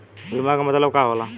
बीमा के मतलब का होला?